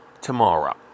tomorrow